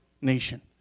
nation